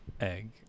Egg